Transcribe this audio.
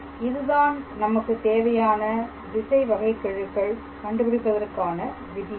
இதுதான் நமக்குத் தேவையான திசை வகைக்கெழுகள் கண்டுபிடிப்பதற்கான விதியாகும்